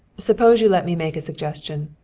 suppose you let me make a suggestion.